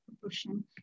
proportion